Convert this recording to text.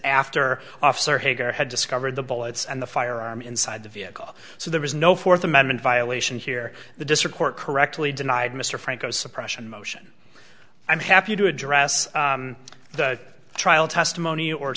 after officer hager had discovered the bullets and the firearm inside the vehicle so there was no fourth amendment violation here the district court correctly denied mr franco suppression motion i'm happy to address the trial testimony or